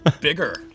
bigger